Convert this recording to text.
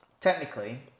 technically